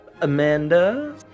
Amanda